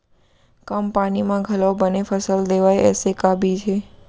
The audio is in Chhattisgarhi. कम पानी मा घलव बने फसल देवय ऐसे का बीज हे?